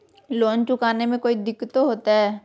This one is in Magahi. लोन चुकाने में कोई दिक्कतों होते?